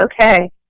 okay